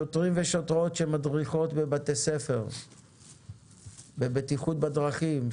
שוטרים ושוטרות שמדריכים בבתי ספר בבטיחות בדרכים,